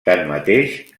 tanmateix